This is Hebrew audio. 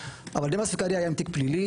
אבל הוא היה יכול להיות עם תיק פלילי,